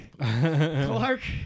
Clark